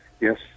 yes